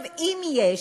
אם יש,